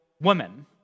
woman